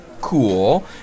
Cool